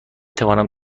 توانم